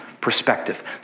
perspective